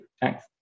Thanks